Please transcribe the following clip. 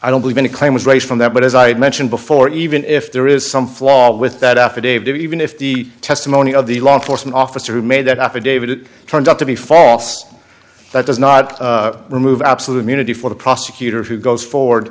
i don't believe any claim was raised from that but as i mentioned before even if there is some flaw with that affidavit even if the testimony of the law enforcement officer who made that affidavit it turned out to be false that does not remove absolute immunity for the prosecutor who goes forward